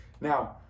Now